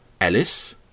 Ellis